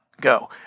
go